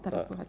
Teraz słychać.